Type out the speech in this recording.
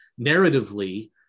narratively